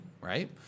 right